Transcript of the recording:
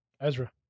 Ezra